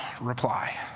reply